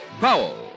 Powell